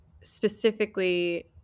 specifically